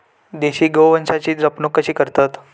देशी गोवंशाची जपणूक कशी करतत?